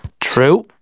True